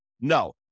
no